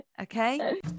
okay